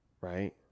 right